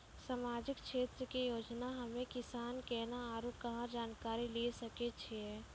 समाजिक क्षेत्र के योजना हम्मे किसान केना आरू कहाँ जानकारी लिये सकय छियै?